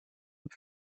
und